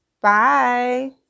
bye